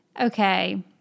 okay